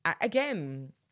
again